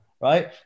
right